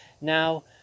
Now